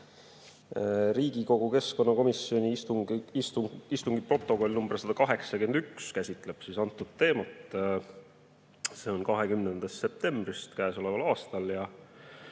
Riigikogu keskkonnakomisjoni istungi protokoll nr 181 käsitleb seda teemat. See on 20. septembrist käesoleval aastal.